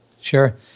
Sure